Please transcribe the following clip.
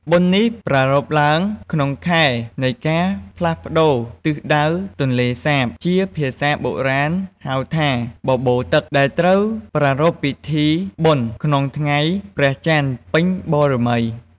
បុណ្យនេះប្រារព្ធឡើងក្នុងខែនៃការផ្លាស់ប្តូរទិសដៅទន្លេសាប ជាភាសាបុរាណហៅថា “បបូរទឹក” ដែលត្រូវប្រារព្ធពិធីបុណ្យក្នុងថ្ងៃព្រះច័ន្ទពេញបូណ៌មី។